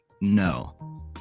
No